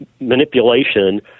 manipulation